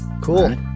cool